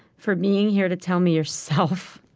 for being here to tell me yourself.